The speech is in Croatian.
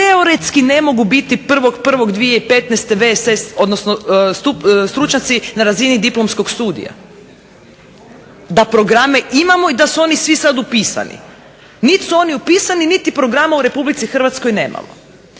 teoretski ne mogu biti 1.01.2015. VSS, odnosno stručnjaci na razini diplomskog studija. Da programe imamo i da su oni svi sad upisani. Niti su oni upisani, niti programa u RH nemamo.